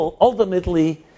ultimately